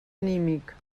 anímic